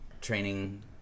training